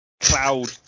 cloud